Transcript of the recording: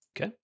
okay